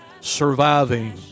surviving